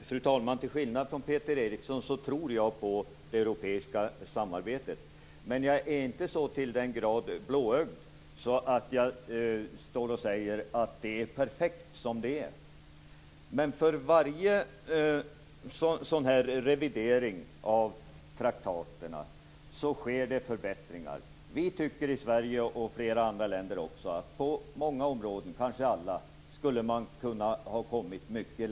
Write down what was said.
Fru talman! Till skillnad från Peter Eriksson tror jag på det europeiska samarbetet. Men jag är inte så till den grad blåögd att jag säger att det är perfekt som det är. Men för varje revidering av traktaten sker det förbättringar. I Sverige och i flera andra länder tycker vi att man skulle ha kunnat komma mycket längre på många - kanske på alla - områden.